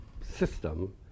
system